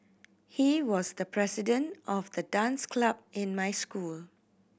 he was the president of the dance club in my school